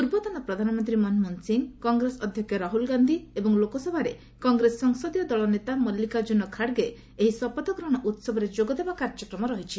ପୂର୍ବତନ ପ୍ରଧାନମନ୍ତ୍ରୀ ମନମୋହନ ସିଂ କଂଗ୍ରେସ ଅଧ୍ୟକ୍ଷ ରାହୁଳ ଗାନ୍ଧୀ ଏବଂ ଲୋକସଭାରେ କଂଗ୍ରେସ ସଂସଦୀୟ ଦଳ ନେତା ମଲ୍ତିକାର୍ଚ୍ଚନ ଖାଡ୍ଗେ ଏହି ଶପଥ ଗ୍ହଣ ଉତ୍ସବରେ ଯୋଗଦେବା କାର୍ଯ୍ୟକ୍ରମ ରହିଛି